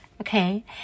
Okay